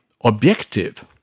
objective